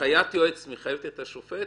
הנחיית יועץ מחייבת את השופט?